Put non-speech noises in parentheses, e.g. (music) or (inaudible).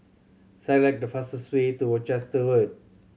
select the fastest way to (unintelligible)